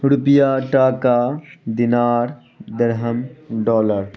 روپیہ ٹکا دنار درہم ڈالر